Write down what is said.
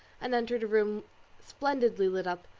and entered a room splendidly lit up,